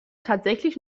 tatsächlich